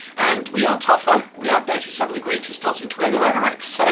and we are tougher. we have noticed some of the greeks are starting to wear their anoraks, so